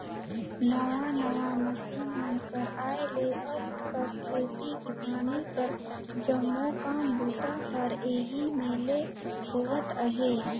नावा नावा मसीन मन कर आए ले अब सब खेती किसानी कर जम्मो काम बूता हर एही मे ले होवत अहे